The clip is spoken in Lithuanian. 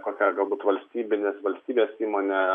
kokia galbūt valstybinės valstybės įmone